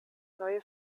neue